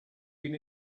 been